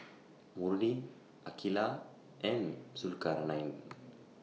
Murni Aqeelah and Zulkarnain